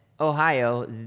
ohio